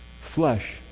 flesh